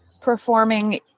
performing